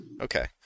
Okay